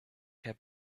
heb